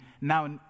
now